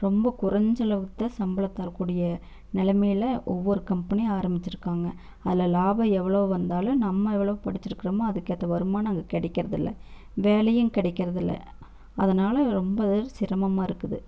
ரொம்ப குறைஞ்சளவுக்கு தான் சம்பளம் தரக்கூடிய நிலமையில ஒவ்வொரு கம்பெனி ஆரம்பித்திருக்காங்க அதில் லாபம் எவ்வளோ வந்தாலும் நம்ம எவ்வளோ படித்திருக்கிறமோ அதுக்கேற்ற வருமானம் அங்கே கிடைக்கிறதில்ல வேலையும் கெடக்கிறதில்ல அதனால் ரொம்ப சிரமமாயிருக்குது